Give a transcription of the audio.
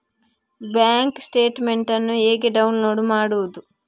Bank statement ಅನ್ನು ಹೇಗೆ download ಮಾಡುವುದು?